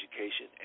education